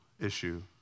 issue